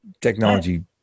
technology